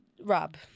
Rob